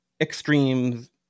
extremes